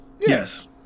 Yes